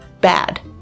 bad